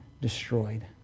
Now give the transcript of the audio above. destroyed